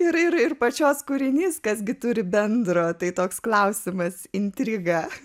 ir ir pačios kūrinys kas gi turi bendro tai toks klausimas intriga